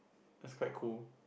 is quite cool